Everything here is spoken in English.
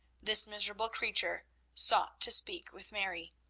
this miserable creature sought to speak with mary,